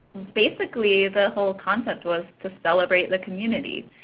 basically the whole concept was to celebrate the community.